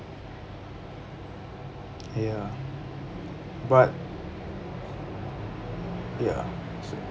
ya but ya